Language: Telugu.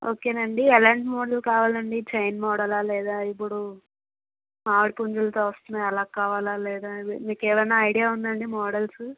ఓకే నండి ఎలాంటి మోడల్ కావాలండి చైన్ మోడలా లేదా ఇబుడు మామిడిపుంజులతో వస్తున్నాయి అలా కావాలా లేదా మీకేమన్నా ఐడియా ఉందా అండి మోడల్సు